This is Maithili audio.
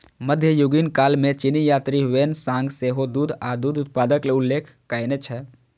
मध्ययुगीन काल मे चीनी यात्री ह्वेन सांग सेहो दूध आ दूध उत्पादक उल्लेख कयने छै